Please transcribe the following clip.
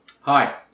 Hi